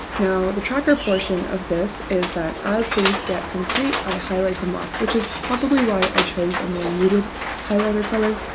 now the tracker portion of this is that as things get complete d i highlight them off. which is probably why i chose a more muted highlighter color.